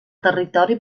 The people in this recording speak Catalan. territori